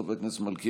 חבר הכנסת מלכיאלי,